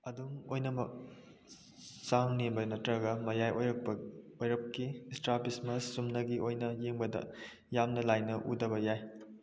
ꯑꯗꯨꯝ ꯑꯣꯏꯅꯃꯛ ꯆꯥꯡ ꯅꯦꯝꯕ ꯅꯠꯇ꯭ꯔꯒ ꯃꯌꯥꯏ ꯑꯣꯏꯔꯞꯀꯤ ꯁ꯭ꯔꯥꯕꯤꯁꯃꯁ ꯆꯨꯝꯅꯒꯤ ꯑꯣꯏꯅ ꯌꯦꯡꯕꯗ ꯌꯥꯝꯅ ꯂꯥꯏꯅ ꯎꯗꯕ ꯌꯥꯏ